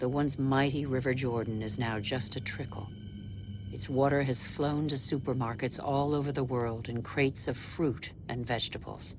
the once mighty river jordan is now just a trickle its water has flown to supermarkets all over the world in crates of fruit and vegetables